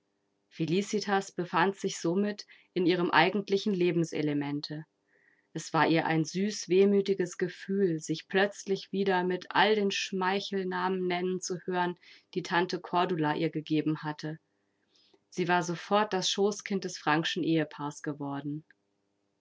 felicitas befand sich somit in ihrem eigentlichen lebenselemente es war ihr ein süß wehmütiges gefühl sich plötzlich wieder mit all den schmeichelnamen nennen zu hören die tante cordula ihr gegeben hatte sie war sofort das schoßkind des frankschen ehepaares geworden